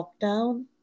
lockdown